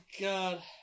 God